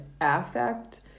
affect